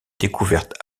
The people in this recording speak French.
découvertes